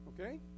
Okay